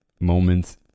moments